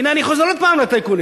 הנה, אני חוזר עוד הפעם לטייקונים.